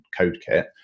CodeKit